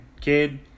kid